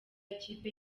ikipe